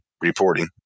reporting